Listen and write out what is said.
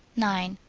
nine.